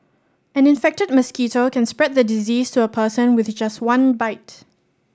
an infected mosquito can spread the disease to a person with just one bite